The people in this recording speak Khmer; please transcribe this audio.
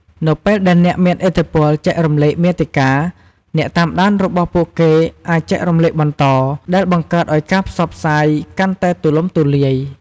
នៅពេលដែលអ្នកមានឥទ្ធិពលចែករំលែកមាតិកា អ្នកតាមដានរបស់ពួកគេអាចចែករំលែកបន្ត ដែលបង្កើតឲ្យការផ្សព្វផ្សាយកាន់តែទូលំទូលាយ។